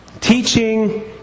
teaching